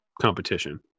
competition